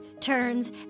turns